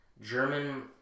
German